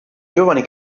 giovane